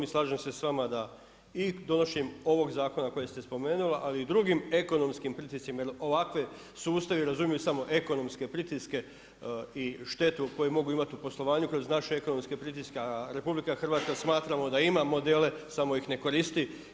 I slažem se sa vama da i donošenjem ovog zakona kojeg ste spomenula, ali i drugim ekonomskim pritiscima, jer ovakvi sustavi razumiju samo ekonomske pritiske i štetu koju mogu imati u poslovanju kroz naše ekonomske pritiske, a Republika Hrvatska smatramo da ima modele samo ih ne koristi.